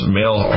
male